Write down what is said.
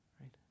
right